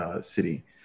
City